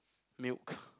milk